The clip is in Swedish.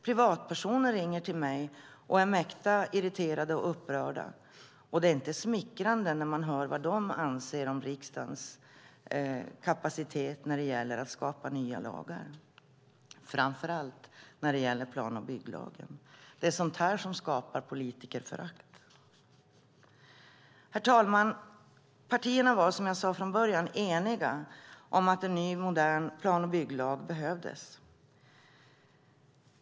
Privatpersoner ringer till mig och är mäkta irriterade och upprörda. Det är inte smickrande att höra vad de anser om riksdagens kapacitet att stifta nya lagar, framför allt plan och bygglagen. Det är sådant som skapar politikerförakt. Herr talman! Partierna var, som jag sade från början, eniga om att en ny modern plan och bygglag behövdes.